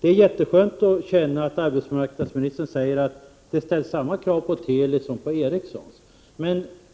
Det är mycket skönt att höra arbetsmarknadsministern säga att det ställs samma krav på Teli som på Ericsson.